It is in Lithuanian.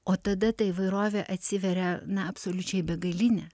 o tada ta įvairovė atsiveria na absoliučiai begalinė